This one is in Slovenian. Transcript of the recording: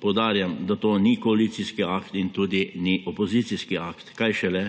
Poudarjam, da to ni koalicijski akt in tudi ni opozicijski akt, kaj šele